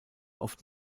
oft